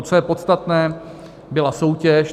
Co je podstatné, byla soutěž.